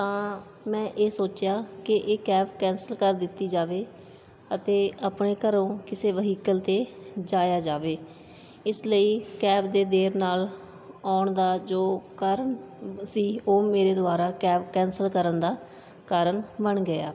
ਤਾਂ ਮੈਂ ਇਹ ਸੋਚਿਆ ਕਿ ਇਹ ਕੈਬ ਕੈਂਸਲ ਕਰ ਦਿੱਤੀ ਜਾਵੇ ਅਤੇ ਆਪਣੇ ਘਰੋਂ ਕਿਸੇ ਵਹੀਕਲ 'ਤੇ ਜਾਇਆ ਜਾਵੇ ਇਸ ਲਈ ਕੈਬ ਦੇ ਦੇਰ ਨਾਲ ਆਉਣ ਦਾ ਜੋ ਕਾਰਨ ਸੀ ਉਹ ਮੇਰੇ ਦੁਆਰਾ ਕੈਬ ਕੈਂਸਲ ਕਰਨ ਦਾ ਕਾਰਨ ਬਣ ਗਿਆ